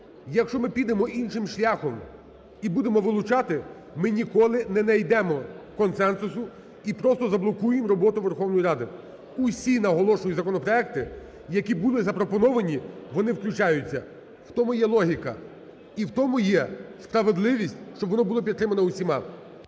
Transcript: якщо ми підемо іншим шляхом і будемо вилучати, ми ніколи не найдемо консенсусу і просто заблокуємо роботу Верховної Ради. Усі, наголошую, законопроекти, які були запропоновані, вони включаються, в тому є логіка і в тому є справедливість, щоб воно було підтримано усіма.